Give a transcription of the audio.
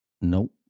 nope